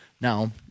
Now